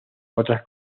otras